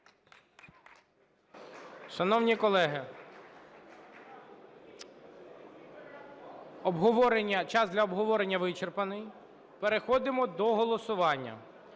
Шановні колеги, час для обговорення вичерпаний, переходимо до голосування.